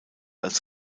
als